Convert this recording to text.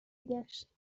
میگشت